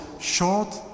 short